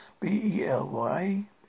B-E-L-Y